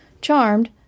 Charmed